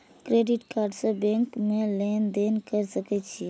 Credit card से bank में लेन देन कर सके छीये?